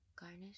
Garnish